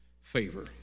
favor